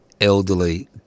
elderly